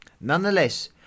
Nonetheless